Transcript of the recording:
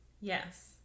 Yes